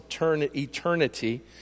eternity